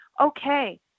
okay